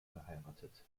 verheiratet